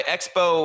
Expo